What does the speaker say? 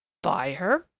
buy her?